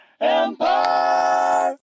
empire